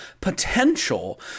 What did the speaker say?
potential